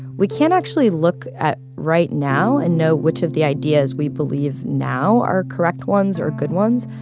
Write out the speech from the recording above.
we can't actually look at right now and know which of the ideas we believe now are correct ones or good ones.